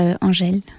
Angèle